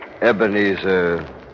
Ebenezer